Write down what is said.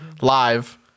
live